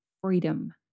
freedom